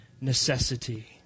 necessity